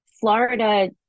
Florida